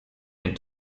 den